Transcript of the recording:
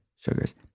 sugars